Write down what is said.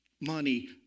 money